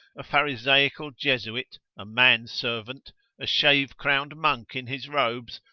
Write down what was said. a pharisaical jesuit, a man-serpent, a shave-crowned monk in his robes,